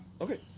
Okay